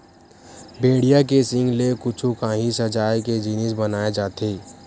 भेड़िया के सींग ले कुछु काही सजाए के जिनिस बनाए जाथे